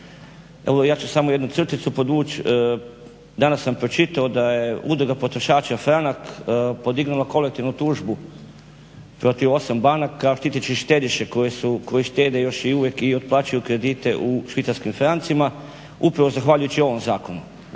Evo ja ću samo jednu crticu podvući. Danas sam pročitao da je Udruga potrošača Franak podignula kolektivnu tužbu protiv 8 banaka štiteći štediše koji štede još uvijek i otplaćuju kredite u švicarskim francima upravo zahvaljujući ovom zakonu.